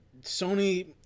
Sony